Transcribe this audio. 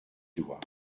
doigt